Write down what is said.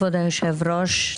כבוד היושב-ראש,